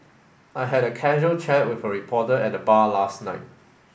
I had a casual chat with a reporter at the bar last night